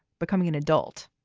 becoming an adult,